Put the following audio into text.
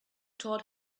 told